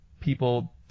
people